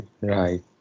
Right